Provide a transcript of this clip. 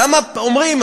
למה אומרים,